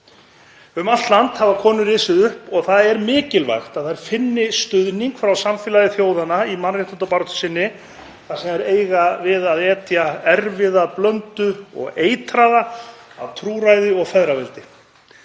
Um allt land hafa konur risið upp og það er mikilvægt að þær finni stuðning frá samfélagi þjóðanna í mannréttindabaráttu sinni þar sem þær eiga við að etja erfiða blöndu og eitraða af trúræði og feðraveldi.